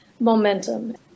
momentum